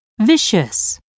vicious